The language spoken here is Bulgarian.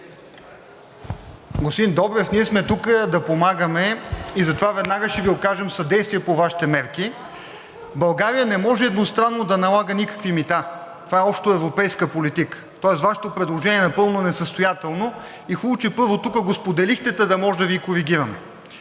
Господин Добрев, ние сме тук да помагаме, затова веднага ще Ви окажем съдействие по Вашите мерки. (Смях от ГЕРБ-СДС.) България не може едностранно да налага никакви мита. Това е общоевропейска политика, тоест Вашето предложение е напълно несъстоятелно и е хубаво, че първо тук го споделихте, та да можем да Ви коригираме.